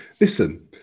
Listen